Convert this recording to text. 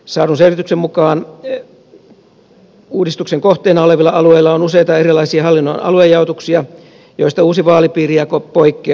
saadun selvityksen mukaan uudistuksen kohteena olevilla alueilla on useita erilaisia hallinnon aluejaotuksia joista uusi vaalipiirijako poikkeaa